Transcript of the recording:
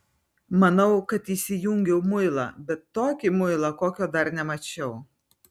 manau kad įsijungiau muilą bet tokį muilą kokio dar nemačiau